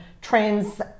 trends